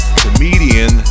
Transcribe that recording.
comedian